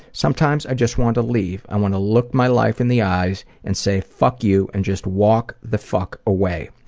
sometimes, i just want to leave. i want to look my life in the eyes and say fuck you and just walk the fuck away.